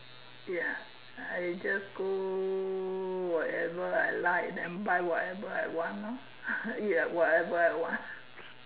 ya I just go whatever I like then buy whatever I want lor ya whatever I want